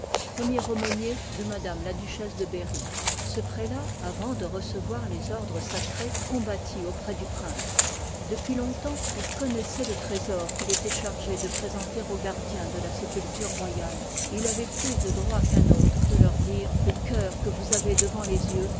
premier aumônier de mtm la ïl part i duchesse de berry ce jprélat avant de î iv ii recevoir ls ordres sacrés combattit auprès du prince depuis long-temps il connoissoit lé trésor quil étoit chargé de présente aux'gïiï'diens de la sépulture royaleiét'iï ayoït plus de droit qu ùrt autre de leur dire vihi ft le cœur que vous avez devant les yeux